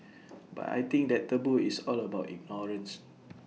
but I think that taboo is all about ignorance